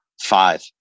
five